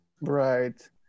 Right